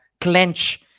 clench